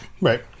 right